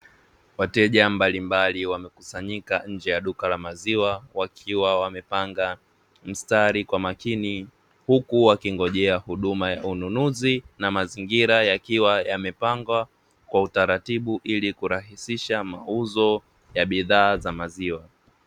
Wateja mbalimbali wamekusanyika nje ya duka nje ya duka la maziwa wakiwa wamepanga mstari kwa makini, huku wakingojea huduma ya ununuzi na mazingira, yakiwa yamepangwa kwa utaratibu ili kurahisisha mauzo ya bidhaa za maziwa.